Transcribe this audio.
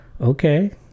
okay